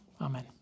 Amen